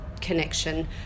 connection